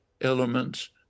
elements